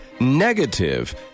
negative